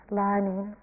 learning